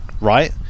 Right